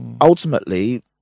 ultimately